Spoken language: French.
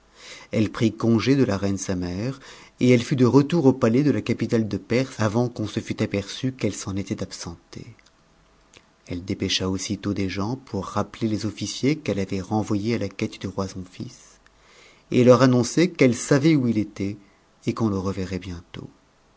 eue prit congé de la reine sa mère et elle fut de retour au palais de la capitale de perse avant qu'on se fût aperçu qu'ette s'en était absentée elle dépêcha aussitôt des gens pour rappeler les officiers qu'elle avait renvoyés à la quête du roi son fils et leur annoncer qu'elle savait où il était et qu'on le reverrait bientôt